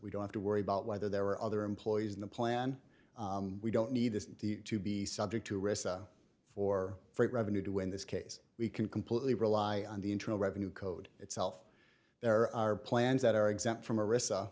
we don't have to worry about whether there are other employees in the plan we don't need to be subject to risk for freight revenue to win this case we can completely rely on the internal revenue code itself there are plans that are exempt from a ris